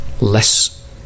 less